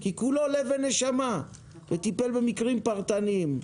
כי כולו לב ונשמה וטיפל במקרים פרטניים.